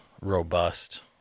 robust